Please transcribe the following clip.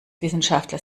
wissenschaftler